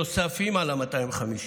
נוספים על ה-250,